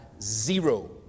zero